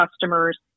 customers